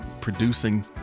producing